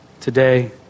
today